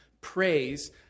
praise